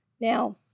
Now